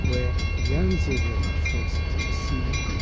where the yangtze river flows into the sea,